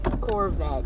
Corvette